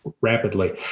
rapidly